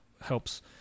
helps